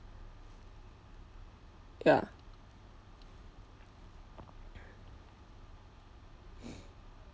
ya